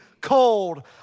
cold